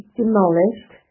demolished